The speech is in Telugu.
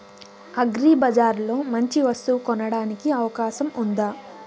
అగ్రిబజార్ లో మంచి వస్తువు కొనడానికి అవకాశం వుందా?